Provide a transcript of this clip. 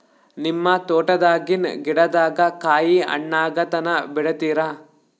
ನಿಮ್ಮ ತೋಟದಾಗಿನ್ ಗಿಡದಾಗ ಕಾಯಿ ಹಣ್ಣಾಗ ತನಾ ಬಿಡತೀರ?